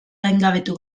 gaingabetu